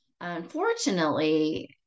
Unfortunately